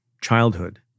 childhood